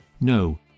No